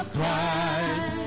Christ